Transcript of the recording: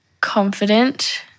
confident